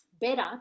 better